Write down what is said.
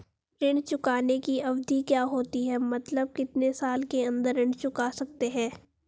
ऋण चुकाने की अवधि क्या होती है मतलब कितने साल के अंदर ऋण चुका सकते हैं?